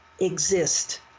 exist